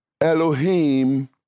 Elohim